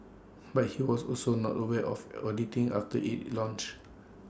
but he was also not aware of auditing after IT launched